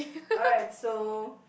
alright so